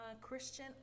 christian